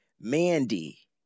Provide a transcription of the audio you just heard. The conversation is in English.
Mandy